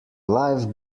life